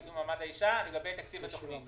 לקידום מעמד האישה לגבי תקציב התוכנית.